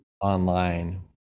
online